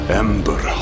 ember